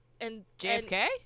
JFK